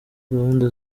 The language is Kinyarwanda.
gahunda